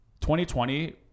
2020